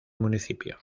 municipio